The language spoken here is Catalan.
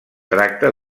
tracta